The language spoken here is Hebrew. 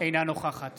אינה נוכחת